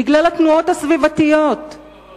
בגלל התנועות הסביבתיות, לא, לא, לא.